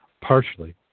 Partially